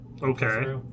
Okay